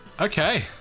okay